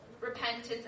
Repentance